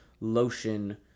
lotion